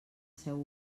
seu